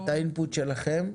תכניסו את האינפוט שלכם.